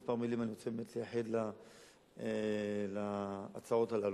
כמה מלים אני רוצה לייחד להצעות הללו,